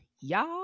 Y'all